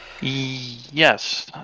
Yes